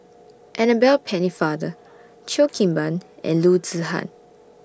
Annabel Pennefather Cheo Kim Ban and Loo Zihan